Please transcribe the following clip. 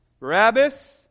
Barabbas